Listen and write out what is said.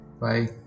Bye